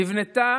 נבנתה